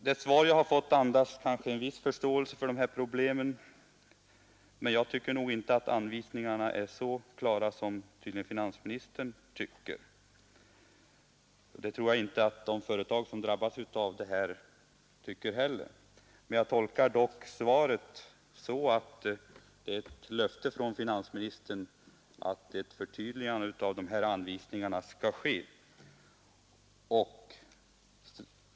Det svar jag har fått andas kanske en viss förståelse för problemen, men jag tycker inte att anvisningarna är så klara som finansministern tydligen anser. De företag som drabbas tycker förmodligen inte heller att anvisningarna är klara. Jag tolkar dock svaret som ett löfte från finansministern att ett förtydligande av anvisningarna skall göras.